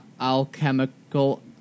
alchemical